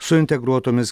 su integruotomis